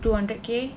two hundred K